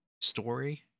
story